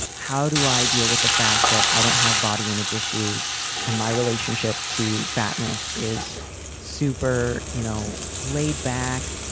how do i deal with the fact that i don't have body image issues and my relationship to fatness is super, you know, laid back,